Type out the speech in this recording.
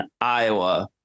Iowa